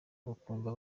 ukumva